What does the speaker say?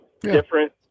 different